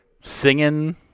singing